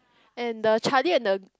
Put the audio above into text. and the Charlie and the